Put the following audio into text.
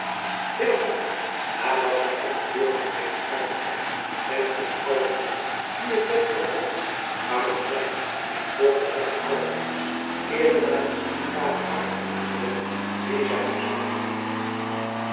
nadat zij hem de deur had weten uit te krijgen en in allerijl nu het werk gevonden had waarom zij in het voorvertrek gekomen was keerde naar de ziekekamer harer moeder terug die zij nog slapende vond